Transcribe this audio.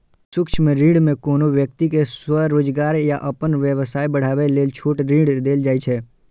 सूक्ष्म ऋण मे कोनो व्यक्ति कें स्वरोजगार या अपन व्यवसाय बढ़ाबै लेल छोट ऋण देल जाइ छै